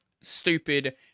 stupid